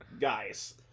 Guys